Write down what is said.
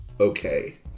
okay